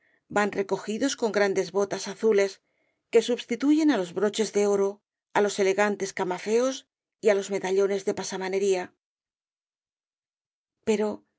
van recogidos con grandes botas azules que substituyen á los broches de oro á los elegantes camafeos y á los medallones de pasamanería pero